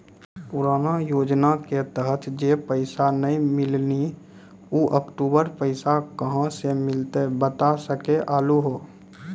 पुराना योजना के तहत जे पैसा नै मिलनी ऊ अक्टूबर पैसा कहां से मिलते बता सके आलू हो?